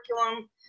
curriculum